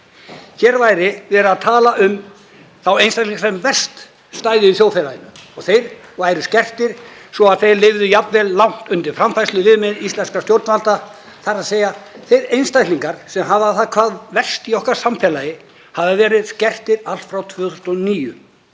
Hér væri verið að tala um þá einstaklinga sem verst stæðu í þjóðfélaginu og þeir væru skertir svo að þeir lifðu jafnvel langt undir framfærsluviðmiði íslenskra stjórnvalda, þ.e. þeir einstaklingar sem hafa það hvað verst í okkar samfélagi hafa verið skertir allt frá 2009